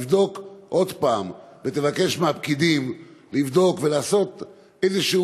תבדוק עוד פעם ותבקש מהפקידים לבדוק ולהעיף איזשהו